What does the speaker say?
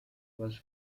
was